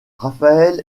rafael